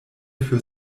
für